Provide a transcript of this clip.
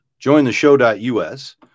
jointheshow.us